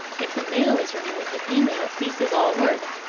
if the male is removed the female ceases all work,